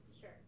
Sure